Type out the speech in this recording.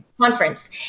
conference